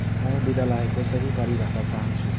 म विद्यालयको सही परिभाषा चाहन्छु